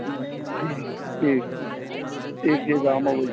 हूँ हूँ ठीक ठीऽक छै ठीक छै तऽ हम अबैत छी